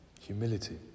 Humility